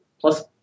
plus